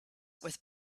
with